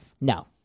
No